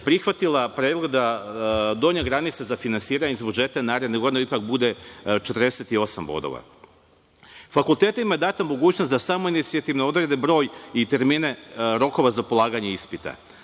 prihvatila je predlog da donja granica za finansiranje iz budžeta naredne godine ipak bude 48 bodova. Fakultetima je data mogućnost da samoinicijativno odrede broj i termine rokova za polaganje ispita.